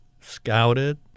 scouted